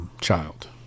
child